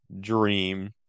dream